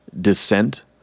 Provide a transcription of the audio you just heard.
descent